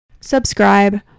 subscribe